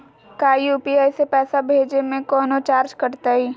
का यू.पी.आई से पैसा भेजे में कौनो चार्ज कटतई?